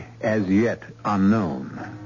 as-yet-unknown